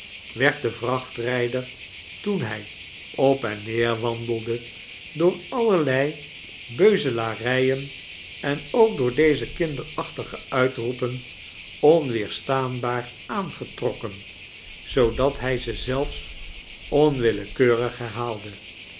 werd de vrachtrijder toen hij op en neerwandelde door allerled beuzelarijen en ook door deze kinderachtige uitroepen onweerstaanbaar aangetrokken zoodat hij ze zelfs onwillekeurig